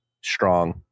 strong